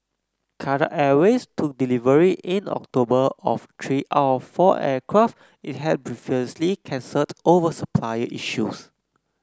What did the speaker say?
Qatar Airways took delivery in October of three out of four aircraft it had previously cancelled over supplier issues